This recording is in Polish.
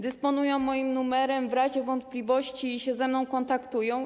Dysponują moim numerem, w razie wątpliwości się ze mną kontaktują.